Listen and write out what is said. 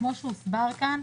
כמו שהוסבר כאן,